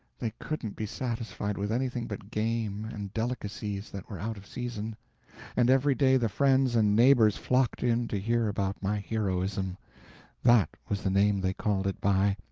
they couldn't be satisfied with anything but game and delicacies that were out of season and every day the friends and neighbors flocked in to hear about my heroism that was the name they called it by,